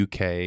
UK